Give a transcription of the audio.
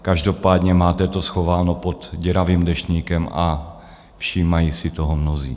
Každopádně máte to schováno pod děravým deštníkem a všímají si toho mnozí.